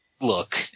look